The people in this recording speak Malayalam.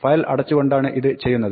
ഫയൽ അടച്ചുകൊണ്ടാണ് ഇത് ചെയ്യുന്നത്